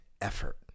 effort